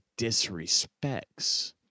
disrespects